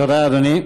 תודה, אדוני.